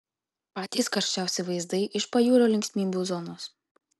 patys karščiausi vaizdai iš pajūrio linksmybių zonos